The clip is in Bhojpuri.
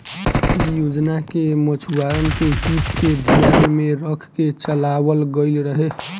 इ योजना के मछुआरन के हित के धियान में रख के चलावल गईल रहे